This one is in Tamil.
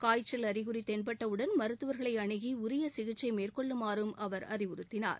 காய்ச்சல் அறிகுறி தென்பட்டவுடன் மருத்துவர்களை அணுகி உரிய சிகிச்சை மேற்கொள்ளுமாறும் அவர் அறிவுறுத்தினார்